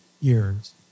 years